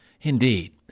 Indeed